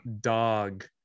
dog